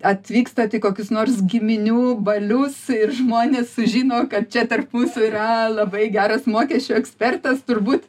atvykstat į kokius nors giminių balius ir žmonės sužino kad čia tarp mūsų yra labai geras mokesčių ekspertas turbūt